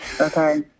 okay